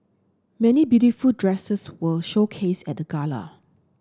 many beautiful dresses were showcased at the gala